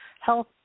health